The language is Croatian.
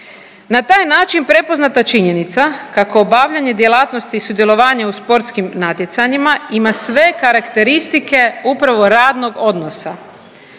Na taj način je prepoznata činjenica kako obavljanje djelatnosti sudjelovanja u sportskim natjecanjima ima sve karakteristike upravo radnog odnosa.